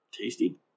Tasty